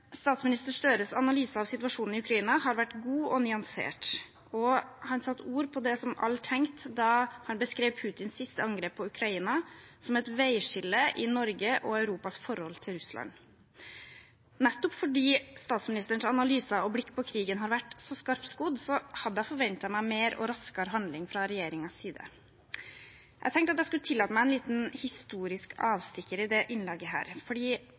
Statsminister Støres analyse av situasjonen i Ukraina har vært god og nyansert, og han satte ord på det som alle tenkte da han beskrev Putins siste angrep på Ukraina som et veiskille i Norge og i Europas forhold til Russland. Nettopp fordi statsministerens analyse og blikk på krigen har vært så skarpskodd, hadde jeg forventet meg mer og raskere handling fra regjeringens side. Jeg tenkte jeg skulle tillate meg en liten historisk avstikker i dette innlegget,